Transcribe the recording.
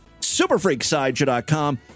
Superfreaksideshow.com